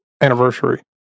anniversary